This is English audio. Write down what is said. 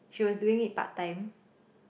she was doing it part time